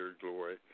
glory